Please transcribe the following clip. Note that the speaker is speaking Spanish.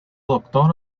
doctor